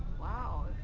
wow,